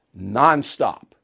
nonstop